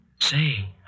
Say